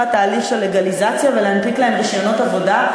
תהליך של לגליזציה ולהנפיק להם רישיונות עבודה,